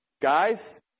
guys